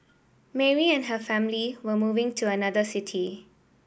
Mary and her family were moving to another city